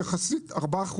4%,